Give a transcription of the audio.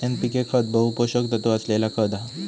NPK खत बहु पोषक तत्त्व असलेला खत हा